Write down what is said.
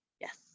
yes